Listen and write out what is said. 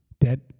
Dead